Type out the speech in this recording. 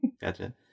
gotcha